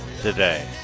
today